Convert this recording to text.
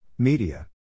Media